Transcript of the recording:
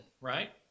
right